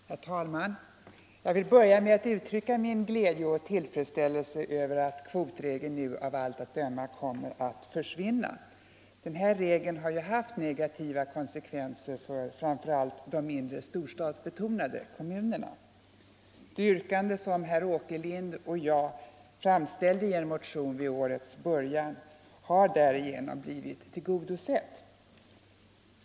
Herr talman! Jag vill börja med att uttrycka min glädje och tillfredsställelse över att kvotregeln av allt att döma nu kommer att försvinna. Den regeln har haft negativa konsekvenser för framför allt de mindre storstadsbetonade kommunerna. Det yrkande som herr Åkerlind och jag framställde i en motion vid årets början har därigenom blivit tillgodosett.